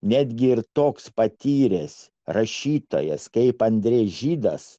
netgi ir toks patyręs rašytojas kaip andrejus žydas